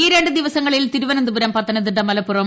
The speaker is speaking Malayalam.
ഈ രണ്ടു ദിവസങ്ങളിൽ തിരുവനന്തപുരം പത്തനംതിട്ട മലപ്പുറം